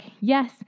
yes